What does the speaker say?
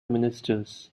ministers